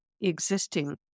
existing